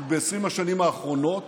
אבל ב-20 השנים האחרונות